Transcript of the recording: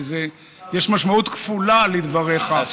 כי יש משמעות כפולה לדבריך.